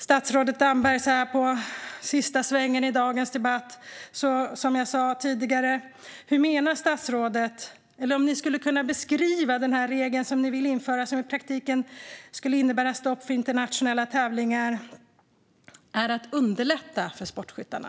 Så här i sista svängen i dagens debatt och som jag var inne på tidigare undrar jag om statsrådet Damberg kan beskriva hur den regel ni vill införa och som i praktiken skulle innebära stopp för internationella tävlingar i många skyttegrenar är att underlätta för sportskyttarna.